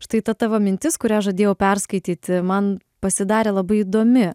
štai ta tavo mintis kurią žadėjau perskaityti man pasidarė labai įdomi